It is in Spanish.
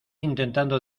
intentando